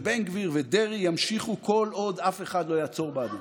בן גביר ודרעי ימשיכו כל עוד אף אחד לא יעצור בעדם.